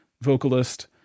vocalist